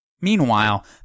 Meanwhile